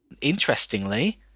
Interestingly